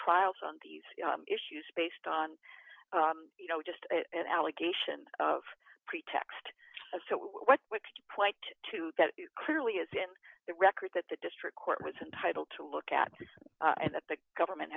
trials on these issues based on you know just an allegation of pretext of what to that clearly is in the records that the district court was entitled to look at and that the government